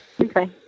Okay